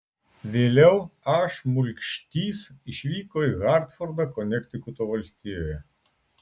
vėliau a šmulkštys išvyko į hartfordą konektikuto valstijoje